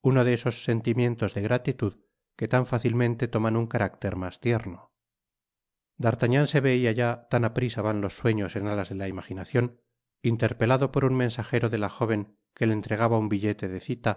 uno de esos sentimientos de gratitud que tan fácilmente toman un carácter mas tierno d'artagnan se veia ya tan aprisa van los sueños en alas de la imaginacion interpelado por un mensajero de la joven que le entregaba un billete de cita